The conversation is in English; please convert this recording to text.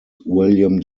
william